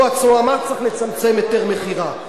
הרב עמאר בעצמו אמר שצריך לצמצם היתר מכירה,